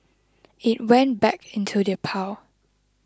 it went back into the pile